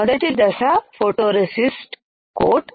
మొదటి దశ photoresist coat